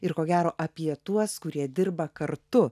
ir ko gero apie tuos kurie dirba kartu